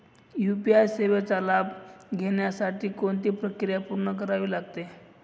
UPI सेवेचा लाभ घेण्यासाठी कोणती प्रक्रिया पूर्ण करावी लागते?